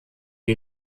die